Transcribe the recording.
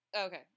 Okay